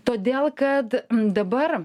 todėl kad dabar